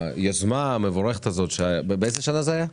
היוזמה המבורכת הזאת, באיזה שנה זה היה?